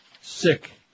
sick